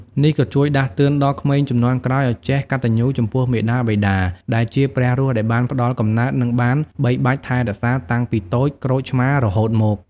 នេះក៏ជួយដាស់តឿនដល់ក្មេងជំនាន់ក្រោយឲ្យចេះកតញ្ញូចំពោះមាតាបិតាដែលជាព្រះរស់ដែលបានផ្តល់កំណើត និងបានបីបាច់ថែរក្សាតាំងពីតូចក្រូចឆ្មារហូតមក។